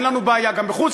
אין לנו בעיה גם בחוץ-לארץ.